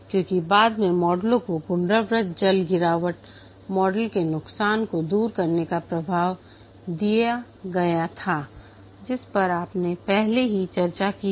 क्योंकि बाद के मॉडलों को पुनरावृत्त जल गिरावट मॉडल के नुकसान को दूर करने का प्रस्ताव दिया गया था जिस पर आपने पहले ही चर्चा की थी